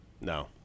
No